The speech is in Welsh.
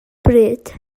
bryd